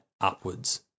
upwards